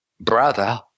brother